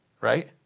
right